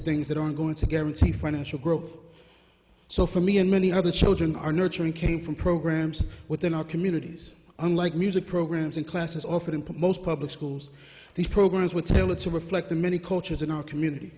things that are going to guarantee financial growth so for me and many other children our nurturing came from programs within our communities unlike music programs in classes often put most public schools these programs would tell it to reflect the many cultures in our community